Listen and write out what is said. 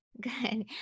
Good